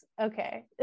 okay